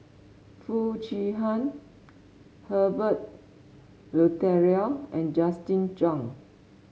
Foo Chee Han Herbert Eleuterio and Justin Zhuang